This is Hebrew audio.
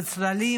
בצללים,